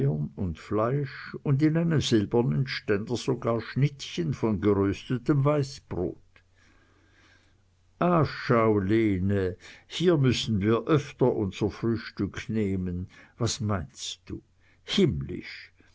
und fleisch und in einem silbernen ständer sogar schnittchen von geröstetem weißbrot ah schau lene hier müssen wir öfter unser frühstück nehmen was meinst du himmlisch